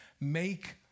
make